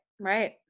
right